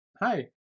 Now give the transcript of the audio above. hi